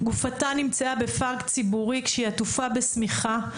גופתה נמצאה בפארק ציבורי כשהיא עטופה בשמיכה,